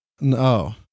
No